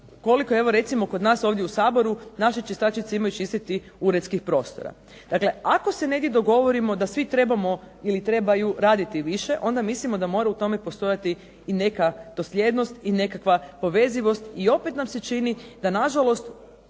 zanima koliko kod nas ovdje u Saboru naše čistačice imaju čistiti uredskih prostora. Dakle, ako se negdje dogovorimo da svi moramo i moraju raditi više, onda mislimo da mora u tome postojati nekakva dosljednost i nekakva povezivost i opet nam se čini da nekako